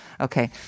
Okay